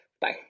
Bye